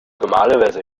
normalerweise